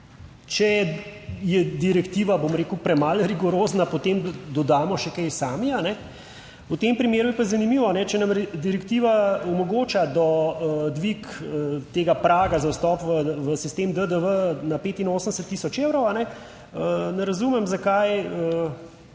če je direktiva premalo rigorozna, potem dodamo še kaj sami v tem primeru. Je pa zanimivo, če nam direktiva omogoča dvig tega praga za vstop v sistem DDV na 85000 evrov, ne razumem, zakaj